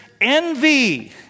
envy